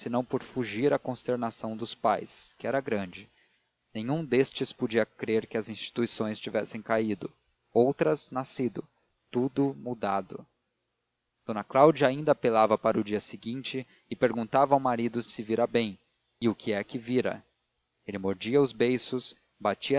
senão por fugir à consternação dos pais que era grande nenhum destes podia crer que as instituições tivessem caído outras nascido tudo mudado d cláudia ainda apelava para o dia seguinte e perguntava ao marido se vira bem e o que é que vira ele mordia os beiços batia